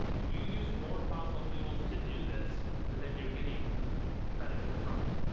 you use more fossil fuels to do this than you're getting benefit from it.